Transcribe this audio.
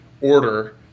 order